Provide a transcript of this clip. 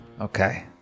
Okay